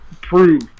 prove